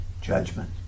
judgment